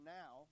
now